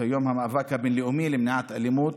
את יום המאבק הבין-לאומי למניעת אלימות,